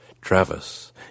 Travis